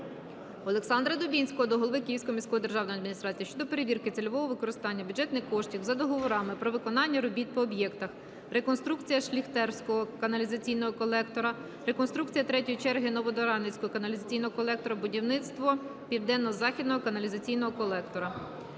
Олександра Дубінського до голови Київської міської державної адміністрації щодо перевірки цільового використання бюджетних коштів за договорами про виконання робіт по об'єктах: "Реконструкція Шліхтеровського каналізаційного колектора", "Реконструкція ІІІ черги Ново-Дарницького каналізаційного колектора", "Будівництво Південно-Західного каналізаційного колектора".